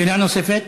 שאלה נוספת.